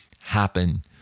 happen